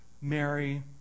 Mary